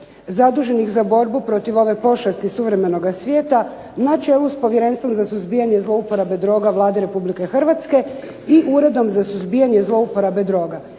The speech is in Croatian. zaduženih za borbu protiv ove pošasti suvremenoga svijeta, na čelu s Povjerenstvom za suzbijanje zlouporabe droga Vladi Republike Hrvatske i Uredom za suzbijanje zlouporabe droga.